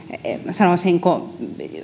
sanoisinko